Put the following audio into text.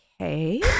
Okay